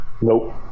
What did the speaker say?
Nope